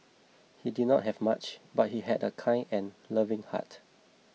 he did not have much but he had a kind and loving heart